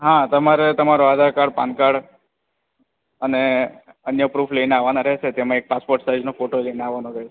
હાં તમારે તમારું આધાર કાર્ડ પાન કાર્ડ અને અન્ય પ્રૂફ લઈને આવવાનું રહેશે જેમાં એક પાસપોર્ટ સાઇઝનો ફોટો લઈને આવવાનો રહેશે